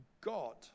God